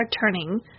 turning